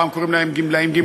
פעם קוראים להם גמלאים-גמלאיות,